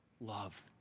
love